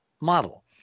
model